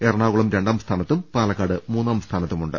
എറണാ കുളം രണ്ടാം സ്ഥാനത്തും പാലക്കാട് മൂന്നാം സ്ഥാനത്തുമു ണ്ട്